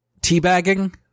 teabagging